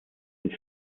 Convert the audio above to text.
sind